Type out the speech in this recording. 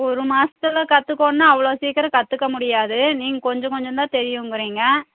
ஒரு மாதத்துல கற்றுக்கோணுன்னா அவ்வளோ சீக்கிரம் கற்றுக்க முடியாது நீங்கள் கொஞ்சம் கொஞ்சம்தான் தெரியுங்குறீங்க